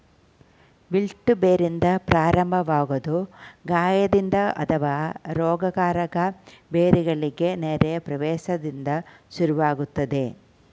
wilt ಬೇರಿಂದ ಪ್ರಾರಂಭವಾಗೊದು ಗಾಯದಿಂದ ಅಥವಾ ರೋಗಕಾರಕ ಬೇರುಗಳಿಗೆ ನೇರ ಪ್ರವೇಶ್ದಿಂದ ಶುರುವಾಗ್ತದೆ